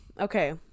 Okay